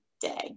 day